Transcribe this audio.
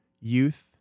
Youth